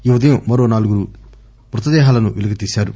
ఈ ఉదయం మరో నాలుగు మృతదేహాలను పెలికితీశారు